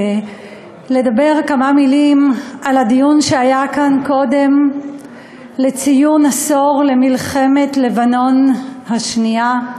לומר כמה מילים על הדיון שהיה כאן קודם לציון עשור למלחמת לבנון השנייה.